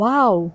Wow